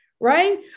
right